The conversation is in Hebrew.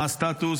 מה הסטטוס?